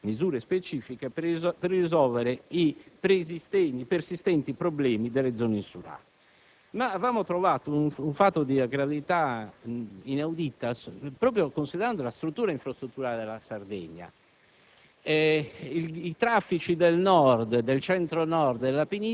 che concede la possibilità di adottare misure specifiche per risolvere i persistenti problemi delle zone insulari. In particolare, lo avevamo giudicato un fatto di gravità inaudita proprio considerando la situazione infrastrutturale della Sardegna.